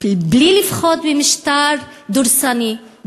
בלי לפחוד ממשטר דורסני,